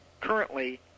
currently